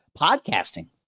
Podcasting